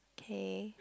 okay